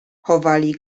chowali